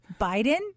biden